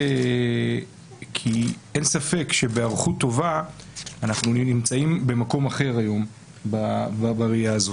אין ספק שבהיערכות טובה אנחנו נמצאים במקום אחר היום בראייה הזאת.